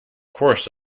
course